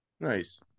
Nice